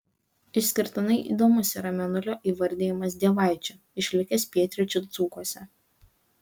išskirtinai įdomus yra mėnulio įvardijimas dievaičiu išlikęs pietryčių dzūkuose